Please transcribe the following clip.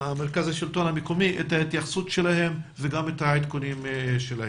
מרכז השלטון המקומי את ההתייחסות שלהם וגם את העדכונים שלהם.